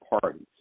parties